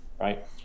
right